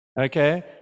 Okay